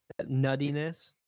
nuttiness